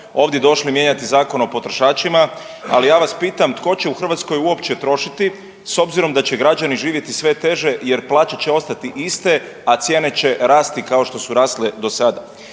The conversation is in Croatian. ovdje došli mijenjati Zakon o potrošačima, ali ja vas pitam tko će u Hrvatskoj uopće trošiti s obzirom da će građani živjeti sve teže jer plaće će ostati iste, a cijene će rasti, kao što su rasle do sada.